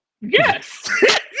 Yes